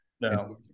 No